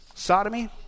Sodomy